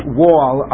wall